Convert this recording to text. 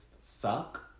suck